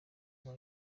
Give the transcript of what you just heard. kuba